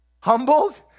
Humbled